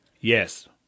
Yes